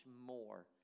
more